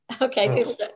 Okay